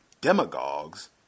demagogues